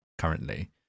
currently